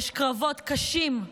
יש קרבות קשים,